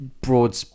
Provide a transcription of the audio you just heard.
broad